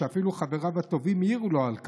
ואפילו חבריו הטובים העירו לו על כך.